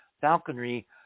falconry